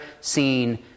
seen